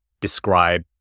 describe